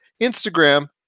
Instagram